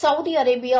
Saudi Arabia